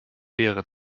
lehre